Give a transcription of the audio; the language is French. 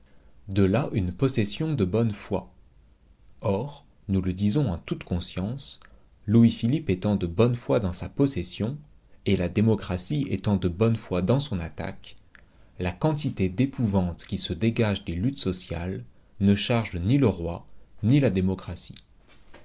de là une possession de bonne foi or nous le disons en toute conscience louis-philippe étant de bonne foi dans sa possession et la démocratie étant de bonne foi dans son attaque la quantité d'épouvante qui se dégage des luttes sociales ne charge ni le roi ni la démocratie